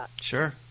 Sure